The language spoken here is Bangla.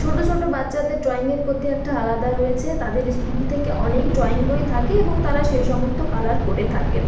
ছোট ছোটো বাচ্চাদের ড্রয়িংয়ের প্রতি একটা আলাদা রয়েছে তাদের স্কুল থেকে অনেক ড্রয়িং বই থাকে এবং তারা সেই সমস্ত কালার করে থাকে